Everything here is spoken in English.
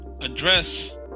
address